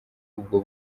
ubwo